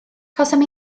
cawsom